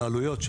על העלויות.